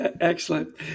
Excellent